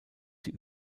sie